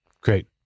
Great